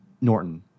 Norton